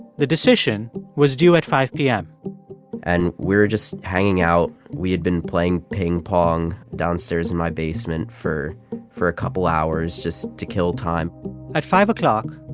the decision was due at five zero p m and we were just hanging out. we had been playing pingpong downstairs in my basement for for a couple hours just to kill time at five o'clock,